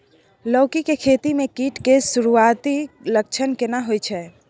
लौकी के खेती मे कीट के सुरूआती लक्षण केना होय छै?